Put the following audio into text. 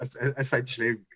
essentially